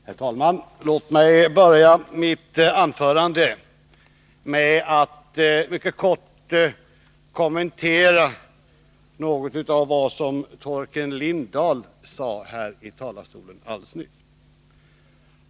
Herr talman! Låt mig börja mitt anförande med att mycket kort kommentera något av vad Torkel Lindahl sade här i talarstolen alldeles nyss.